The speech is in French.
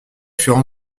furent